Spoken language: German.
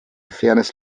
fairness